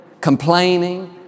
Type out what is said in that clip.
complaining